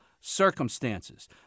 circumstances